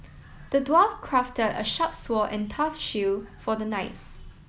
the dwarf crafted a sharp sword and tough shield for the knight